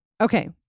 Okay